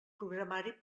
programari